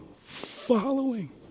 following